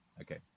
Okay